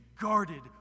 guarded